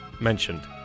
mentioned